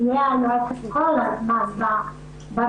אני צריכה להיות כל הזמן ברשות,